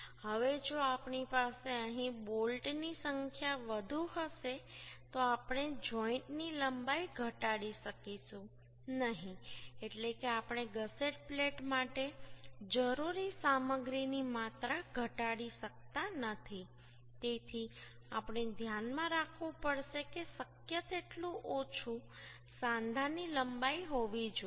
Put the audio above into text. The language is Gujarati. હવે જો આપણી પાસે અહીં બોલ્ટની સંખ્યા વધુ હશે તો આપણે જોઈન્ટની લંબાઈ ઘટાડી શકીશું નહીં એટલે કે આપણે ગસેટ પ્લેટ માટે જરૂરી સામગ્રીની માત્રા ઘટાડી શકતા નથી તેથી આપણે ધ્યાનમાં રાખવું પડશે કે શક્ય તેટલું ઓછું સાંધાની લંબાઈ હોવી જોઈએ